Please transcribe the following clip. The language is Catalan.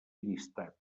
llistat